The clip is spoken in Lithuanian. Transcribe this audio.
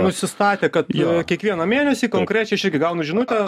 nusistatę kad į kiekvieną mėnesį konkrečiai aš irgi gaunu žinutę